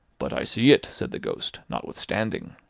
but i see it, said the ghost, notwithstanding.